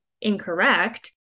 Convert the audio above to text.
incorrect